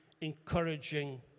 encouraging